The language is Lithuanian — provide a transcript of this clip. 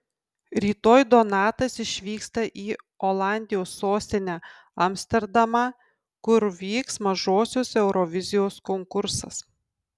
rytoj donatas išvyksta į olandijos sostinę amsterdamą kur vyks mažosios eurovizijos konkursas